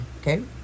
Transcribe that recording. okay